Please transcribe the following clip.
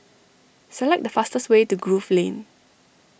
select the fastest way to Grove Lane